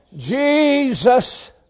Jesus